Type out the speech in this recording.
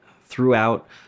Throughout